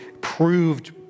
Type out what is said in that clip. proved